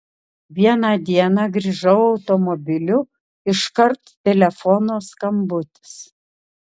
vieną dieną grįžau automobiliu iškart telefono skambutis